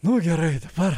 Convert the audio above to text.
nu gerai dabar